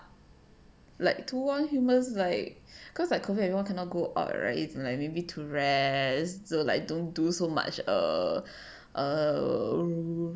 like to warn humans like cause like COVID everyone cannot go out right it's like maybe too rare so like don't do so much err err